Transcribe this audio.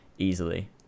Easily